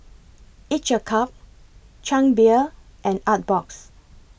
Each A Cup Chang Beer and Artbox